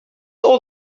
all